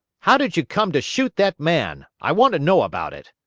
how did you come to shoot that man? i want to know about it.